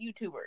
YouTubers